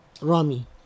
Rami